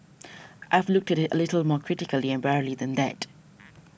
I've looked at it a little more critically and warily than that